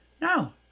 No